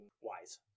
Wise